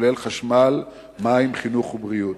כולל חשמל, מים, חינוך ובריאות.